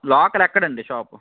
local ఎక్కడ అండి shop